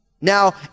Now